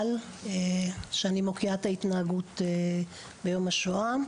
שאני מוקיעה את ההתנהגות ביום השואה,